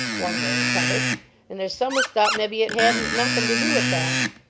one way or t'other and there's some as thought mebbe it hadn't nothing to do with that.